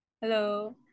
hello